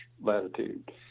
latitude